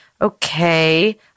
okay